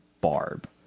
Barb